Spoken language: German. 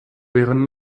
wären